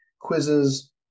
quizzes